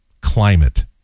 climate